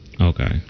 Okay